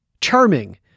charming